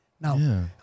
Now